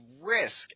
risk